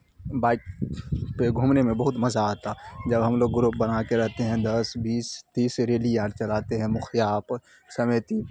bike پہ گھومنے میں بہت مزہ آتا جب ہم لوگ گروپ بنا کے رہتے ہیں دس بیس تیس ریلی یار چلاتے ہیں مخیا آپ سمیتی